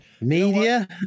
media